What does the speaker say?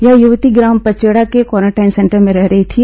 यह युवती ग्राम पचेड़ा के क्वारेंटाइन सेंटर में रह रही थी